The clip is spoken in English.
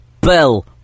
bell